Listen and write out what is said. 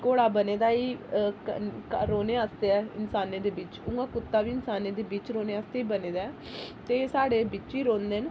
घोड़ा बने दा ही घर रौह्ने आस्तै इंसानें दे बिच्च उयां कुत्ता बी इंसाने बिच्च रौह्ने आस्तै बने दा ऐ ते साढ़े बिच्च ई रौंह्दे न